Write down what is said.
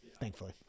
thankfully